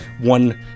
one